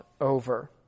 over